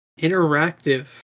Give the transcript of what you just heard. interactive